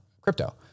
crypto